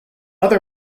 other